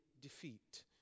defeat